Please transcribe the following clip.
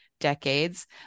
decades